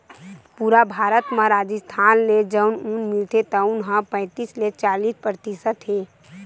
पूरा भारत म राजिस्थान ले जउन ऊन मिलथे तउन ह पैतीस ले चालीस परतिसत हे